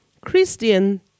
Christian